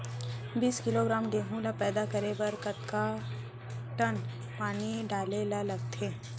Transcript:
बीस किलोग्राम गेहूँ ल पैदा करे बर कतका टन पानी डाले ल लगथे?